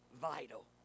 vital